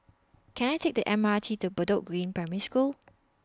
Can I Take The M R T to Bedok Green Primary School